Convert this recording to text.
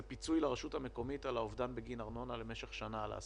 זה פיצוי לרשות המקומית על אובדן בגין ארנונה למשך שנה לעסקים.